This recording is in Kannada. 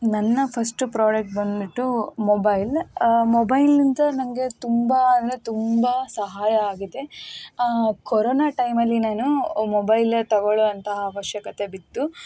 ನನ್ನ ಫಸ್ಟು ಪ್ರಾಡಕ್ಟ್ ಬಂದ್ಬಿಟ್ಟು ಮೊಬೈಲ್ ಮೊಬೈಲ್ನಿಂದ ನನಗೆ ತುಂಬ ಅಂದರೆ ತುಂಬ ಸಹಾಯ ಆಗಿದೆ ಕೊರೋನ ಟೈಮಲ್ಲಿ ನಾನು ಮೊಬೈಲೆ ತಗೊಳ್ಳುವಂಥ ಅವಶ್ಯಕತೆ ಬಿತ್ತು